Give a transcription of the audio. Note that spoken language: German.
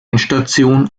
endstation